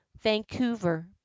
Vancouver